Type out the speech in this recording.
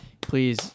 Please